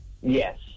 Yes